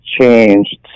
changed